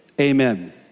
amen